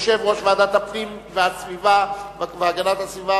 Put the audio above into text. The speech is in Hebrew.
יושב-ראש ועדת הפנים והגנת הסביבה,